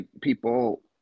people